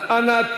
אנא,